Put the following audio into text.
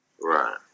Right